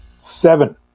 Seven